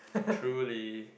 truly